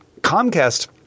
Comcast